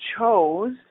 chose